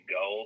go